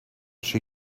she